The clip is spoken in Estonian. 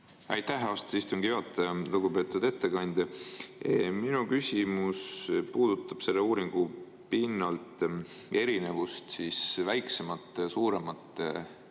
Aitäh, austatud istungi juhataja! Lugupeetud ettekandja! Minu küsimus puudutab selle uuringu pinnalt erinevust väiksemate ja suuremate